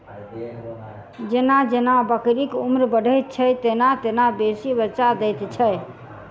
जेना जेना बकरीक उम्र बढ़ैत छै, तेना तेना बेसी बच्चा दैत छै